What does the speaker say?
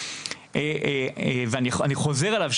ואני חוזר עליו,